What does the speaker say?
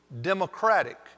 democratic